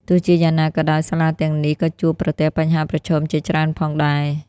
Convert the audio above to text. ទោះជាយ៉ាងណាក៏ដោយ សាលាទាំងនេះក៏ជួបប្រទះបញ្ហាប្រឈមជាច្រើនផងដែរ។